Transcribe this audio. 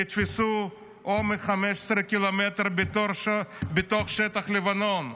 תתפסו עומק 15 קילומטר בתוך שטח לבנון,